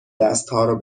دستهارو